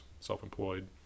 self-employed